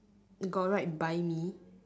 you got write buy me